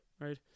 right